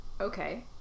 Okay